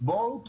בואו תעזרו,